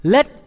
Let